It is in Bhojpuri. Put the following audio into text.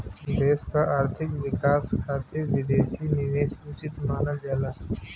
देश क आर्थिक विकास खातिर विदेशी निवेश उचित मानल जाला